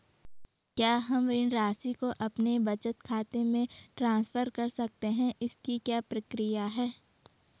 क्या हम ऋण राशि को अपने बचत खाते में ट्रांसफर कर सकते हैं इसकी क्या प्रक्रिया है?